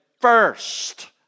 first